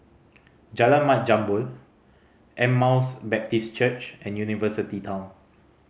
Jalan Mat Jambol Emmaus Baptist Church and University Town